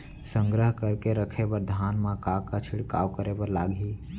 संग्रह करके रखे बर धान मा का का छिड़काव करे बर लागही?